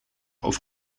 over